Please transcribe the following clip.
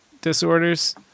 disorders